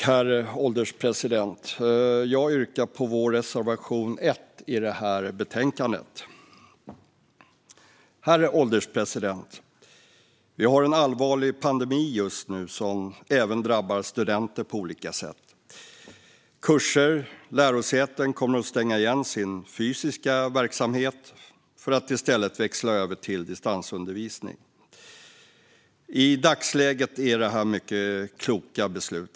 Herr ålderspresident! Jag yrkar bifall till vår reservation nr 1. Herr ålderspresident! Vi har just nu en allvarlig pandemi som även drabbar studenter på olika sätt. Kurser och lärosäten kommer att stänga igen sin fysiska verksamhet för att i stället växla över till distansundervisning. I dagsläget är det här mycket kloka beslut.